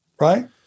right